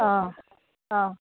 অঁ অঁ